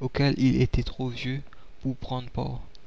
auxquels ils étaient trop vieux pour prendre part